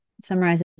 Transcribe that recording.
summarize